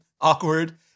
awkward